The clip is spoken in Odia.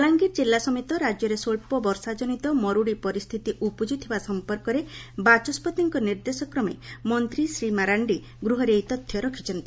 ବଲାଙ୍ଗିର ଜିଲ୍ଲା ସମେତ ରାଜ୍ୟରେ ସ୍ୱ ମରୁଡ଼ି ପରିସ୍ସିତି ଉପୁଜିଥିବା ସମ୍ପର୍କରେ ବାଚସ୍ୱତିଙ୍କ ନିର୍ଦ୍ଦେଶକ୍ରମେ ମନ୍ତୀ ଶ୍ରୀ ମାରାଣ୍ଡି ଗୃହରେ ଏହି ତଥ୍ୟ ରଖିଛନ୍ତି